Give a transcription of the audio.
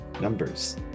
Numbers